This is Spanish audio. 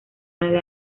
nueve